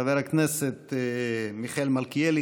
חבר הכנסת מיכאל מלכיאלי,